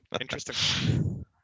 Interesting